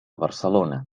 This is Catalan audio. barcelona